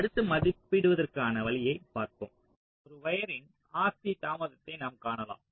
அடுத்து மதிப்பிடுவதற்கான வழியைப் பார்ப்போம் ஒரு வயர்ரின் RC தாமதத்தை நாம் காணலாம்